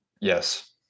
Yes